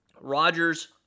Rodgers